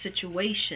situation